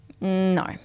No